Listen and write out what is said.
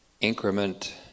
increment